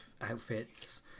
outfits